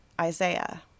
Isaiah